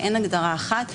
אין הגדרה אחת,